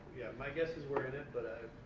my guess is we're in it but ah